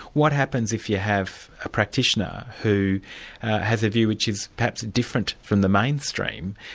what happens if you have a practitioner who has a view which is perhaps different from the mainstream?